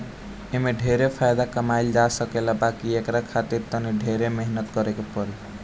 एमे ढेरे फायदा कमाई जा सकेला बाकी एकरा खातिर तनी ढेरे मेहनत करे के पड़ी